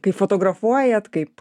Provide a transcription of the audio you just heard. kai fotografuojat kaip